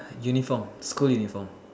uniform school uniform